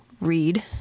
read